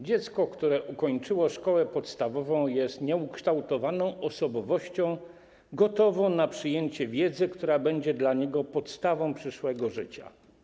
Dziecko, które ukończyło szkołę podstawową jest nieukształtowaną osobowością gotową na przyjęcie wiedzy, która będzie dla niego podstawą przyszłego życia.